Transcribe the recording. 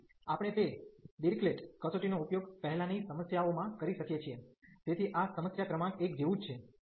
તેથી આપણે તે ડિરીક્લેટ કસોટી નો ઉપયોગ પહેલાની સમસ્યાઓમાં કરી શકીએ છીએ તેથી આ સમસ્યા ક્રમાંક 1 જેવું જ છે